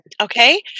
Okay